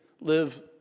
live